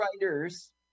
writers